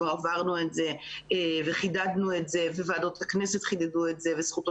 כבר עברנו את זה וחידדנו את זה וועדות הכנסת חידדו את זה וזכותו